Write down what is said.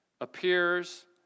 appears